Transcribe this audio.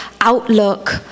outlook